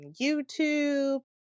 youtube